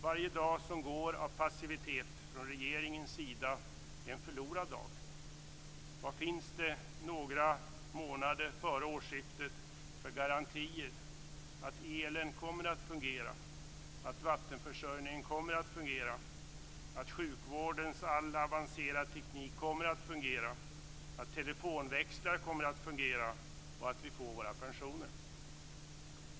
Varje dag som går av passivitet från regeringens sida är en förlorad dag. Vad finns det några månader för årsskiftet för garantier för att elen kommer att fungera, att vattenförsörjningen kommer att fungera, att sjukvårdens all avancerad teknik kommer att fungera, att telefonväxlar kommer att fungera och att vi får våra pensioner?